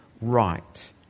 right